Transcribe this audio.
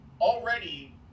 already